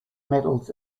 metals